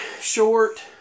short